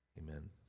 Amen